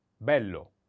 Bello